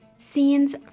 Scenes